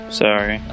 sorry